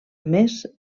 més